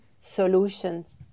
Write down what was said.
solutions